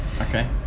Okay